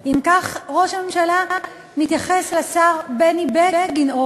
אם כך ראש הממשלה מתייחס לשר בני בגין,